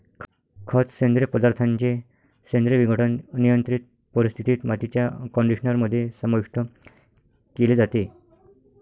खत, सेंद्रिय पदार्थांचे सेंद्रिय विघटन, नियंत्रित परिस्थितीत, मातीच्या कंडिशनर मध्ये समाविष्ट केले जाते